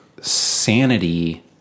sanity